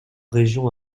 régions